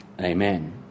Amen